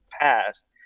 past